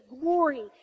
glory